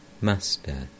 Master